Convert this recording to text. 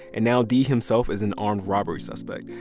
and now d himself is an armed robbery suspect.